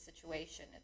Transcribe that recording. situation